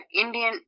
Indian